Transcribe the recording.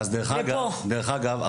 דרך אגב,